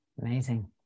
Amazing